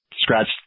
scratched